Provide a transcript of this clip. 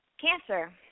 Cancer